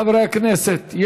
חברי הכנסת,